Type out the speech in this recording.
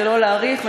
לא אאריך,